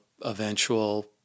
eventual